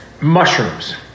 Mushrooms